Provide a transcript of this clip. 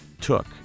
took